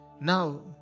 Now